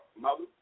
Mother